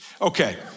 okay